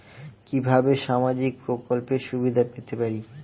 কিভাবে সামাজিক প্রকল্পের সুবিধা পেতে পারি?